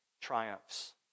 triumphs